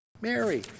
Mary